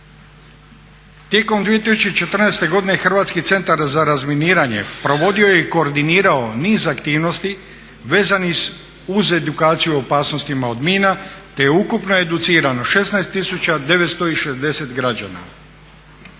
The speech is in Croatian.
Tijekom 2014. godine Hrvatski centar za razminiranje provodio je koordinirao niz aktivnosti vezanih uz edukaciju o opasnostima od mina te je ukupno educirano 16 tisuća 960 građana.